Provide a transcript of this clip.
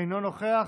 אינו נוכח,